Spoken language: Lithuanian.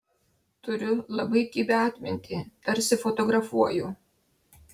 turiu labai kibią atmintį tarsi fotografuoju